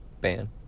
ban